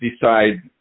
decide –